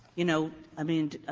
you know, i mean